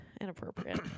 inappropriate